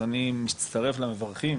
אז אני מצטרף למברכים